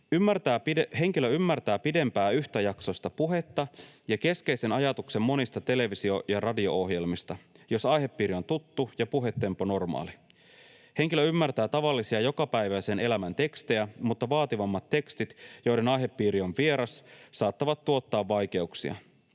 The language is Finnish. ”Henkilö ymmärtää pidempää yhtäjaksoista puhetta ja keskeisen ajatuksen monista televisio- ja radio-ohjelmista, jos aihepiiri on tuttu ja puhetempo normaali. Henkilö ymmärtää tavallisia jokapäiväisen elämän tekstejä, mutta vaativammat tekstit, joiden aihepiiri on vieras, saattavat tuottaa vaikeuksia.